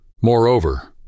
Moreover